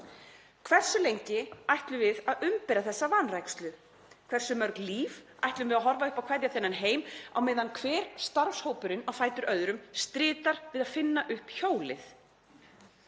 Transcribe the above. Hversu lengi ætlum við að umbera þessa vanrækslu? Hversu mörg líf ætlum við að horfa upp á kveðja þennan heim á meðan hver starfshópurinn á fætur öðrum stritar við að finna upp hjólið?